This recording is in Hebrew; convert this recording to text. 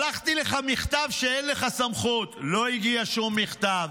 שלח לך מכתב שאין סמכות, לא הגיע שום מכתב.